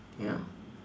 ya